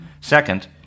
Second